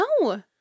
No